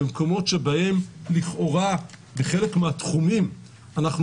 במקומות שבהם לכאורה בחלק מהתחומים אנחנו